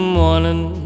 morning